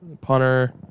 Punter